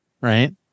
Right